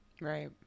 Right